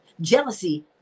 Jealousy